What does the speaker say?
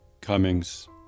Cummings